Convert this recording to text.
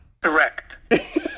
Correct